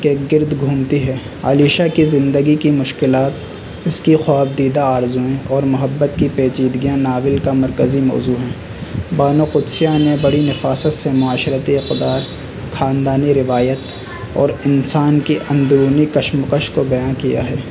کے گرد گھومتی ہے علیشہ کی زندگی کی مشکلات اس کی خواب دیدہ آرزؤں اور محبت کی پیچیدگیاں ناول کا مرکزی موضوع ہیں بانو قدسیہ نے بڑی نفاست سے معاشرتی اقدار خاندانی روایت اور انسان کی اندرونی کشمکش کو بیاں کیا ہے